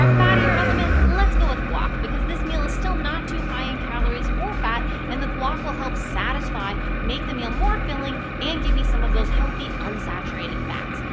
fattier element, let's go with guac, because this meal is still not too high in calories or fat, and the guac will help satisfy, make the meal more filling and give me some of those healthy unsaturated fats.